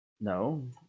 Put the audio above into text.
no